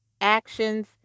actions